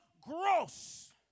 gross